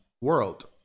world